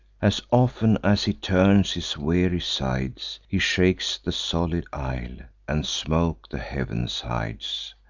as often as he turns his weary sides, he shakes the solid isle, and smoke the heavens hides.